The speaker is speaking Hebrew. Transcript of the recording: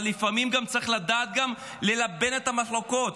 אבל לפעמים צריך לדעת גם ללבן את המחלוקות,